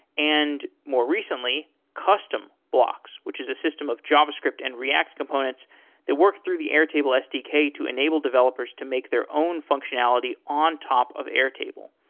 and more recently, custom blocks, which is a system of javascript and react components that work through the airtable sdk to enable developers to make their own functionality on top of airtable.